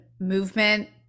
movement